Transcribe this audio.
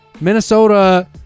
Minnesota